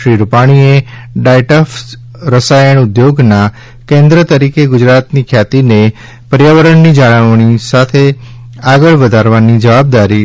શ્રી રૂપાણીએ ડાયસ્ટફ રસાયણ ઉદ્યોગોના કેન્દ્ર તરીકે ગુજરાતની ખ્યાતિને પર્યાવરણની જાળવણી સાથે આગળ વધારવાની જવાબદારી